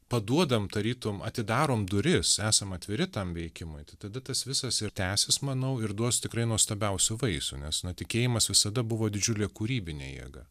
paduodam tarytum atidarom duris esam atviri tam veikimui tai tada tas visas ir tęsis manau ir duos tikrai nuostabiausių vaisių nes na tikėjimas visada buvo didžiulė kūrybinė jėga